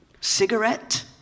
Cigarette